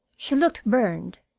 she looked burned.